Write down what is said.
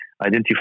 identify